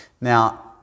Now